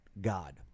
God